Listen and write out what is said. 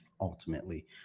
ultimately